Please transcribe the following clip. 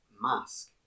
mask